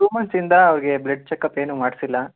to ಮಂತ್ಸಿಂದ ಅವರಿಗೆ blood checkup ಏನೂ ಮಾಡಿಸಿಲ್ಲ